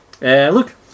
Look